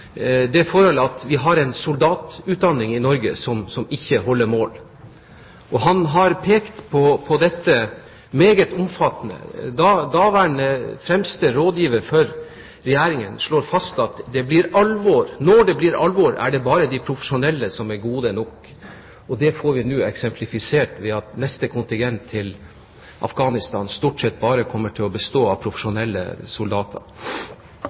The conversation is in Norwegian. det forhold at vi har en soldatutdanning i Norge som ikke holder mål. Han har pekt på dette meget omfattende. Daværende fremste rådgiver for Regjeringen slår fast at «når det blir alvor, så er bare de profesjonelle gode nok». Det får vi nå eksemplifisert ved at neste kontingent til Afghanistan stort sett bare kommer til å bestå av profesjonelle soldater.